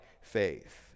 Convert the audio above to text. faith